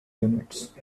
units